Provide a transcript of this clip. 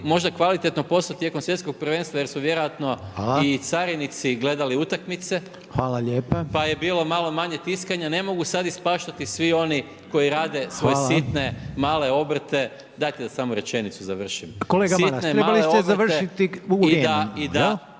možda kvalitetno posao tijekom svjetskog prvenstva jer su vjerojatno i carinici gledali utakmice pa je bilo malo manje tiskanja. Ne mogu sada ispaštati svi oni koji rade svoje sitne male obrte … …/Upadica Reiner: Hvala./… Dajte da samo rečenicu završim.